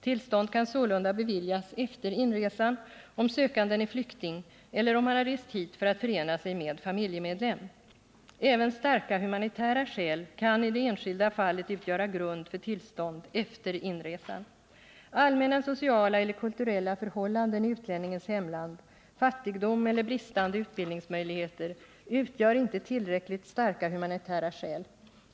Tillstånd kan sålunda beviljas efter inresan, om sökanden är flykting eller om han har rest hit för att förena sig med familjemedlem. Även starka humanitära skäl kan i det enskilda fallet utgöra grund för tillstånd efter inresan. Allmänna sociala eller kulturella förhållanden i utlänningens hemland, fattigdom eller bristande utbildningsmöjligheter utgör inte tillräckligt starka humanitära skäl.